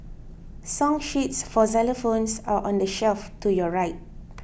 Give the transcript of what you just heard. song sheets for xylophones are on the shelf to your right